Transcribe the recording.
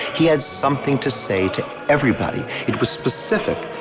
he had something to say to everybody. it was specific.